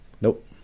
Nope